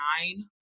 nine